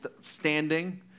standing